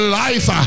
life